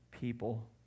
people